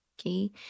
Okay